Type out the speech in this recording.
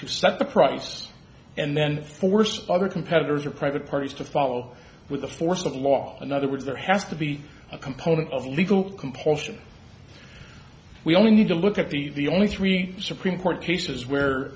to set the price and then force other competitors or private parties to follow with the force of law in other words there has to be a component of legal compulsion we only need to look at the only three supreme court cases where